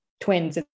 twins